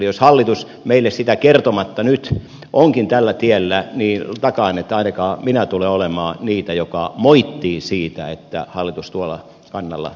jos hallitus meille sitä nyt kertomatta onkin tällä tiellä niin takaan että ainakaan minä en tule olemaan niitä jotka moittivat siitä että hallitus tuolla kannalla edustaisi suomea